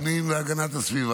הפנים והגנת הסביבה,